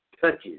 touches